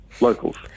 Locals